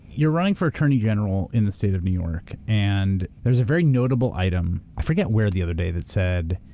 you're running for attorney general in the state of new york and there's a very notable item, i forget where, the other day that said,